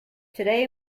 today